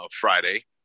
Friday